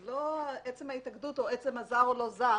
זה לא עצם ההתאגדות או עצם הזר או לא זר